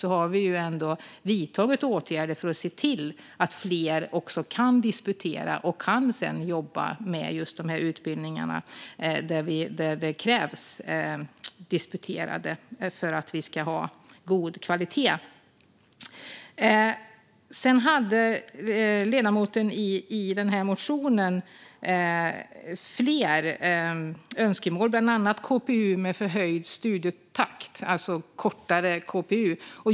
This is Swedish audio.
Vi har alltså vidtagit åtgärder för att se till att fler kan disputera och sedan jobba med just de utbildningar där det krävs disputerade för att vi ska ha god kvalitet. Ledamoten hade fler önskemål i motionen, bland annat KPU med förhöjd studietakt, alltså kortare KPU.